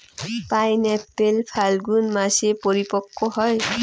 pineapple ফাল্গুন মাসে পরিপক্ব হয়